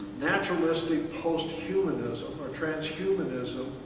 naturalistic post-humanism or transhumanism,